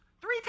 three